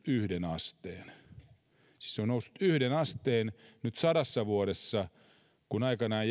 yhden asteen siis se on noussut yhden asteen nyt sadassa vuodessa kun aikanaan